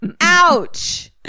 Ouch